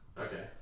Okay